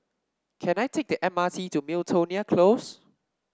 can I take the M R T to Miltonia Close